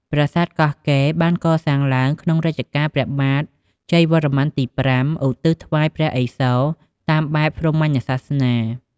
ប្រាសាទកោះកេរ បានកសាងឡើងក្នុងរជ្ជកាលព្រះបាទជ័យវរ្ម័នទី៥ ឧទ្ទិសថ្វាយព្រះឥសូរតាមបែបព្រាហ្មញ្ញសាសនា។